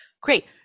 Great